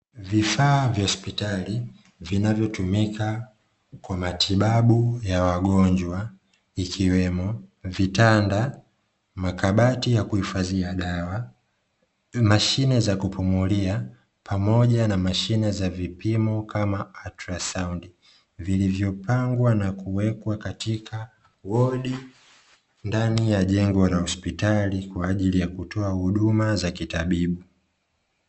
Vifaa vya hospitali vinavyotumika kwa matibabu ya wagonjwa ikiwemo: vitanda, makabati ya kuhifadhia dawa, mashine za kupumulia, pamoja na mashine za vipimo kama "ultrasound". Vilivyopangwa na kuwekwa katika wodi ndani ya jengo la hospitali kwa ajili ya kutoa huduma za kitabibu.